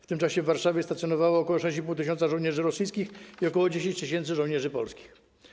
W tym czasie w Warszawie stacjonowało ok. 6,5 tys. żołnierzy rosyjskich i ok. 10 tys. żołnierzy polskich.